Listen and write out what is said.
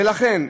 ולכן,